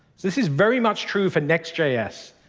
this is very much true for next js,